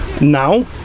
now